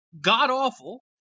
god-awful